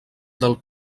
del